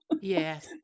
Yes